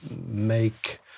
make